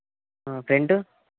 front